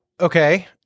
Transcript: Okay